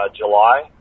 July